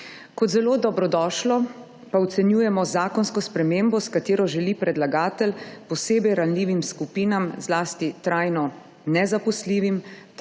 Kot zelo dobrodošlo pa ocenjujemo zakonsko spremembo s katero želi predlagatelj posebej ranljivim skupinam, zlasti trajno nezaposljivim,